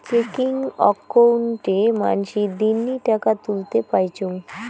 checking অক্কোউন্টে মানসী দিননি টাকা তুলতে পাইচুঙ